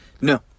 No